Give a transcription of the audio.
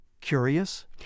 Curious